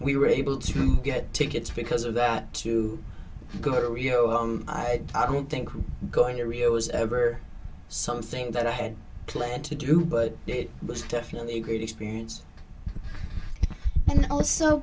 we were able to get tickets because of that to go to rio i don't think i'm going to rio was ever something that i had planned to do but it was definitely a great experience and also